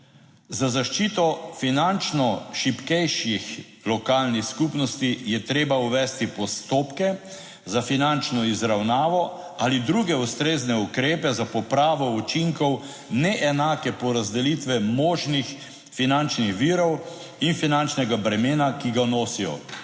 Za zaščito finančno šibkejših lokalnih skupnosti je treba uvesti postopke za finančno izravnavo ali druge ustrezne ukrepe za popravo učinkov neenake porazdelitve možnih finančnih virov in finančnega bremena, ki ga nosijo.